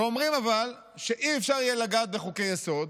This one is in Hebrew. אבל אומרים שאי-אפשר יהיה לגעת בחוקי-יסוד,